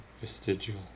vestigial